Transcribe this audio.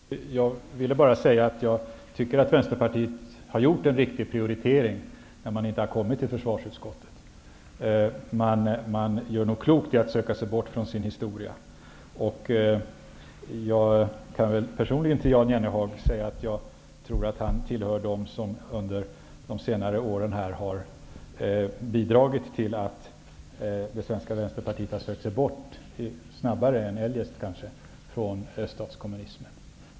Fru talman! Jag ville bara säga att jag tycker att Vänsterpartiet har gjort en riktig prioritering när man inte har kommit till försvarsutskottet. Partiet gör nog klokt i att söka sig bort från sin historia. Låt mig säga personligen till Jan Jennehag att jag tror att han tillhör dem som under de senare åren har bidragit till att det svenska Vänsterpartiet har sökt sig bort snabbare än eljest från öststatskommunismen.